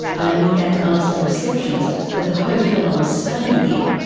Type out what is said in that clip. i only had to ask the receptionist at the hotel i was staying in,